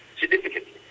significantly